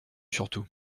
surtout